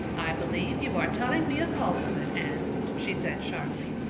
i believe you are telling me a falsehood, anne, she said sharply.